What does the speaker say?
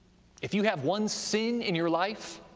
if you have one sin in your life,